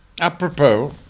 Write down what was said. apropos